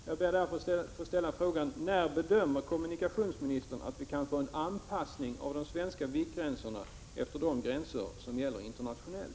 TFN Oo Li fr Jag ber att få ställa frågan: När bedömer kommunikationsministern att vi 5 rg REN 3 SR a är 5 ningssystemet för flygkan få en anpassning av de svenska viktgränserna till de gränser som gäller låser internationellt?